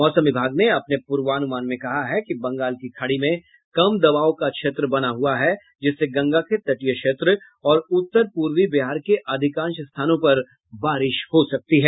मौसम विभाग ने अपने पूर्वानुमान में कहा है कि बंगाल की खाड़ी में कम दबाव का क्षेत्र बना हुआ है जिससे गंगा के तटीय क्षेत्र और उत्तर पूर्वी बिहार के अधिकांश स्थानों पर बारिश हो सकती है